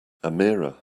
amira